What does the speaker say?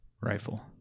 rifle